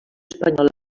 espanyola